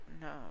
no